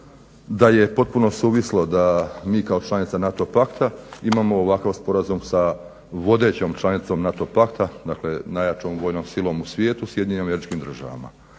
da je potpuno suvislo da mi kao članica NATO pakta imamo ovakav sporazum sa vodećom članicom NATO pakta. Dakle, najjačom vojnom silom u svijetu – Sjedinjenim Američkim Državama.